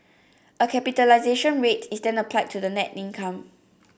a capitalisation rate is then applied to that net income